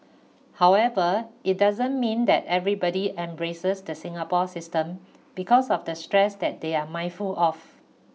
however it doesn't mean that everybody embraces the Singapore system because of the stress that they are mindful of